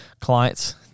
clients